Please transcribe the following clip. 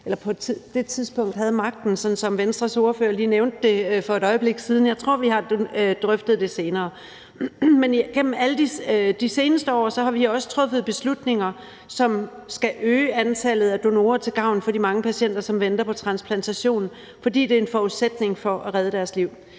på det tidspunkt havde magten, sådan som Venstres ordfører lige nævnte det for et øjeblik siden. Jeg tror, vi har drøftet det senere. Men gennem de seneste år har vi også truffet beslutninger, som skal øge antallet af donorer til gavn for de mange patienter, som venter på transplantation, fordi det er en forudsætning for at redde deres liv.